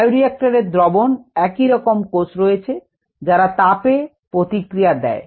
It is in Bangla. বায়ো রিএক্টরের দ্রবনে একই রকম কোষ রয়েছে যারা তাপে পতিক্রিয়া দেয়